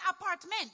apartment